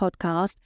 podcast